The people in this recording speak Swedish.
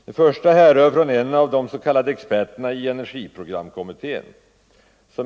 Det första härrör från en av de s.k. experterna i energiprogramkommittén.